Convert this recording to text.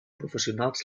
professionals